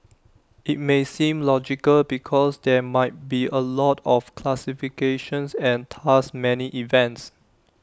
IT may seem logical because there might be A lot of classifications and thus many events